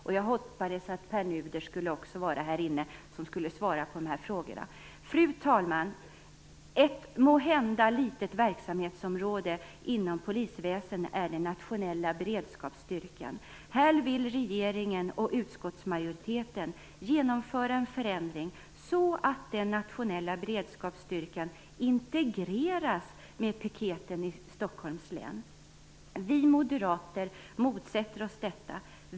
Jag hade hoppats att också Pär Nuder skulle vara här och att han skulle svara på dessa frågor. Fru talman! Ett måhända litet verksamhetsområde inom polisväsendet, är den nationella beredskapsstyrkan. Här vill regeringen och utskottsmajoriteten genomföra en förändring så att den nationella beredskapsstyrkan integreras med piketen i Stockholms län. Vi moderater motsätter oss detta.